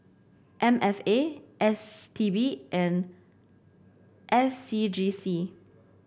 M F A S T B and S C G C